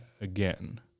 again